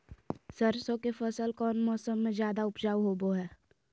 सरसों के फसल कौन मौसम में ज्यादा उपजाऊ होबो हय?